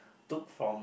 took from